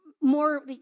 more